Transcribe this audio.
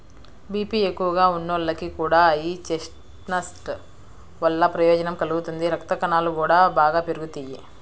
BP ఎక్కువగా ఉన్నోళ్లకి కూడా యీ చెస్ట్నట్స్ వల్ల ప్రయోజనం కలుగుతుంది, రక్తకణాలు గూడా బాగా పెరుగుతియ్యి